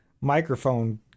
microphone